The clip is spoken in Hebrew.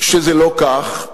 שזה לא כך,